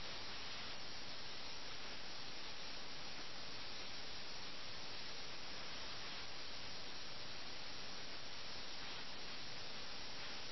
അതുകൊണ്ട് തന്നെ ഒരു സ്വതന്ത്ര രാജ്യത്തിന്റെ പതനത്തെക്കുറിച്ച് ആഖ്യാതാവിന്റെ ഭാഗത്ത് നിന്ന് ഒരുപാട് വിമർശനങ്ങളും അമർഷവും ഉണ്ട്